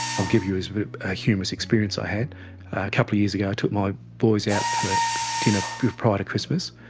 i'll give you a humorous experience i had. a couple of years ago i took my boys out for dinner prior to christmas,